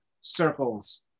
circles